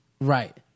Right